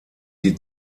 die